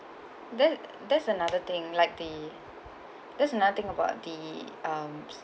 that that's another thing like the that's another thing about the um